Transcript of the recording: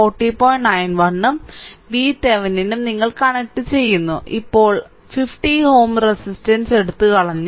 91 ഉം VThevenin ഉം നിങ്ങൾ കണക്റ്റുചെയ്യുന്നു ഇപ്പോൾ 50 Ω റെസിസ്റ്റൻസ് എടുത്തുകളഞ്ഞു